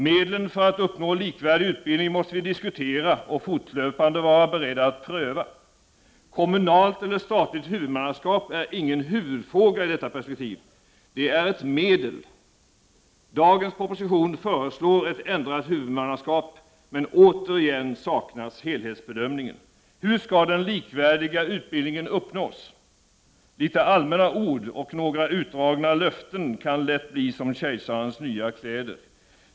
Medlen för att uppnå likvärdig utbildning måste vi diskutera och fortlöpande vara beredda att pröva. Kommunalt eller statligt huvudmannaskap är ingen huvudfråga i detta perspektiv, det är ett medel. Dagens proposition föreslår ett ändrat huvudmannaskap, men återigen saknas helhetsbedömningen. Hur skall den likvärdiga utbildningen uppnås? Litet allmänna ord och några utdragna löften kan lätt bli som kejsarens nya kläder.